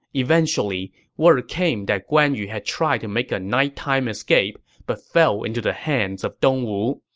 eventually, word came that guan yu had tried to make a night-time escape but fell into the hands of dongwu.